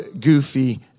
goofy